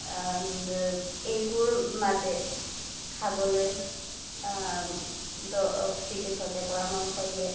এইবোৰ মাছে খাবলৈ চিকিৎসকে পৰামৰ্শ দিয়ে